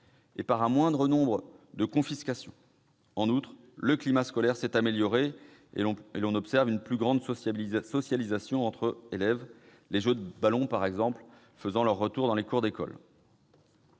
et par un moindre nombre de confiscations. En outre, le climat scolaire s'est amélioré, et l'on observe une plus grande socialisation entre élèves, les jeux de ballon faisant par exemple leur retour dans les cours d'école.